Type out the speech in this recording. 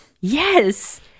Yes